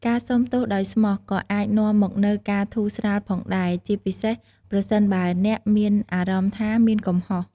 ការសូមទោសដោយស្មោះក៏អាចនាំមកនូវការធូរស្រាលផងដែរ ជាពិសេសប្រសិនបើអ្នកមានអារម្មណ៍ថាមានកំហុស។